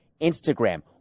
Instagram